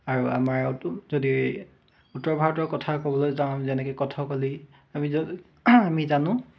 আৰু আমাৰ যদি উত্তৰ ভাৰতৰ কথা ক'বলৈ যাওঁ যেনেকৈ কথকলি আমি আমি জানো